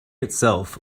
itself